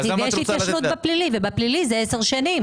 ויש התיישנות בפלילי ובפלילי זה עשר שנים.